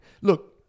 look